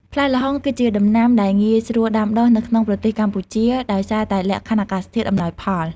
ផ្លែល្ហុងគឺជាដំណាំដែលងាយស្រួលដាំដុះនៅក្នុងប្រទេសកម្ពុជា ដោយសារតែលក្ខខណ្ឌអាកាសធាតុអំណោយផល។